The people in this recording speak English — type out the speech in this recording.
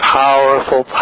powerful